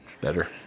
Better